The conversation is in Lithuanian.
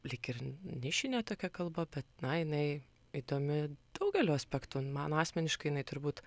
lyg ir nišinė tokia kalba bet na jinai įdomi daugeliu aspektu man asmeniškai jinai turbūt